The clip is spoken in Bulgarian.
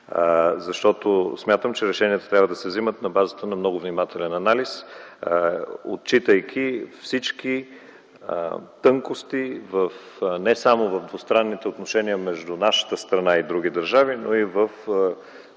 защото смятам, че решенията трябва да се взимат на базата на много внимателен анализ, отчитайки всички тънкости не само в двустранните отношения между нашата страна и други държави, но и в